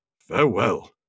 Farewell